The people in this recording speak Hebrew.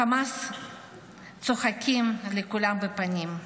החמאס צוחק לכולם בפנים,